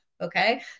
okay